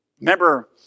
Remember